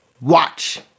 Watch